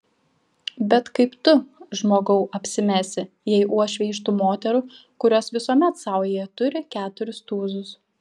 bet kaip tu žmogau apsimesi jei uošvė iš tų moterų kurios visuomet saujoje turi keturis tūzus